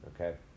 okay